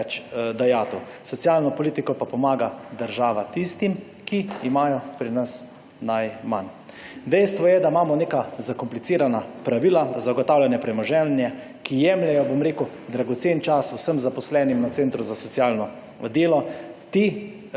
več dajatev. S socialno politiko pa pomaga država tistim, ki imajo pri nas najmanj. Dejstvo je, da imamo neka zakomplicirana pravila zagotavljanje premoženje, ki jemljejo dragoceni čas vsem zaposlenim na centru za socialno delo. Ti